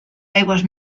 aigües